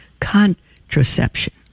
Contraception